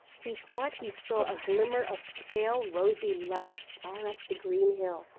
he thought he saw a glimmer of pale rosy light far up the green hill,